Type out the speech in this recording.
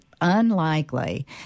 unlikely